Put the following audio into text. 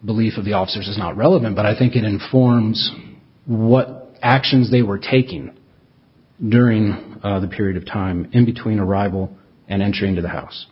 belief of the officers is not relevant but i think it informs me what actions they were taking during the period of time in between arrival and entry into the house